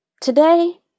Today